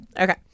Okay